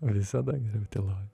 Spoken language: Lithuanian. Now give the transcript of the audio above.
visada geriau tyloj